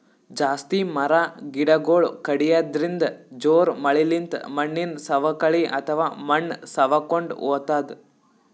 ಜಾಸ್ತಿ ಮರ ಗಿಡಗೊಳ್ ಕಡ್ಯದ್ರಿನ್ದ, ಜೋರ್ ಮಳಿಲಿಂತ್ ಮಣ್ಣಿನ್ ಸವಕಳಿ ಅಥವಾ ಮಣ್ಣ್ ಸವಕೊಂಡ್ ಹೊತದ್